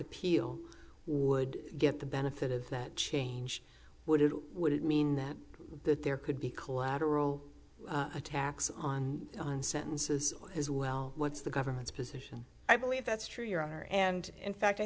appeal would get the benefit of that change would it would it mean that there could be collateral attacks on on sentences as well what's the government's position i believe that's true your honor and in fact i